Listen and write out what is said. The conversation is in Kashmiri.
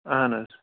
اَہَن حظ